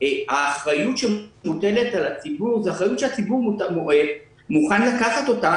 האחריות שמוטלת על הציבור היא אחריות שהציבור מוכן לקחת אותה,